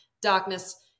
darkness